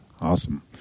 Awesome